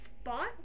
spot